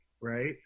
right